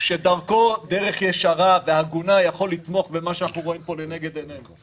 שדרכו דרך ישרה והגונה יכול לתמוך במה שאנחנו רואים פה לנגד עינינו?